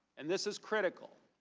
and this is critical,